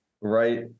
Right